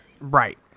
Right